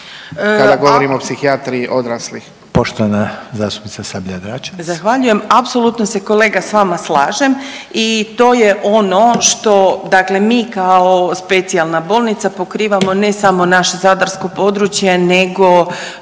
Dračevac. **Sabljar-Dračevac, Renata (Socijaldemokrati)** Zahvaljujem. Apsolutno se kolega s vama slažem i to je ono što dakle mi kao specijalna bolnica pokrivamo ne samo naše zadarsko područje nego